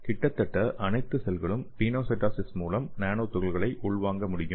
கிட்டத்தட்ட அனைத்து செல்கள் பினோசைட்டோசிஸ் மூலம் நானோ துகள்களை உள்வாங்க முடியும்